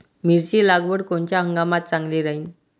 मिरची लागवड कोनच्या हंगामात चांगली राहीन?